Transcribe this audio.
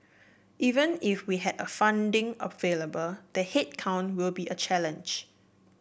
even if we had a funding available the headcount will be a challenge